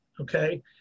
okay